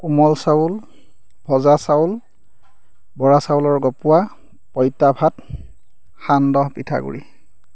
কোমল চাউল ভজা চাউল বৰা চাউলৰ গপোৱা পঁইতা ভাত সান্দহ পিঠাগুড়ি